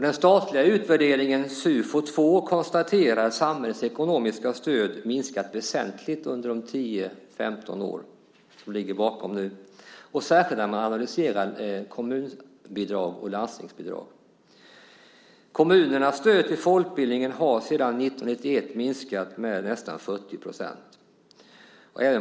Den statliga utvärderingen Sufo 2 konstaterar att samhällets ekonomiska stöd de senaste tio femton åren minskat väsentligt. Det gäller särskilt när man analyserar kommun och landstingsbidragen. Kommunernas stöd till folkbildningen har sedan 1991 minskat med nästan 40 %.